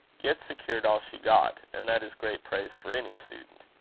yet secured all she got and that is great praise for any student.